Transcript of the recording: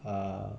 err